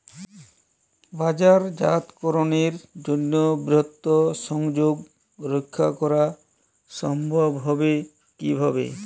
বাজারজাতকরণের জন্য বৃহৎ সংযোগ রক্ষা করা সম্ভব হবে কিভাবে?